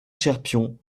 cherpion